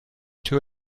too